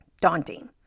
daunting